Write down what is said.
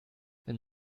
wenn